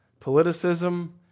politicism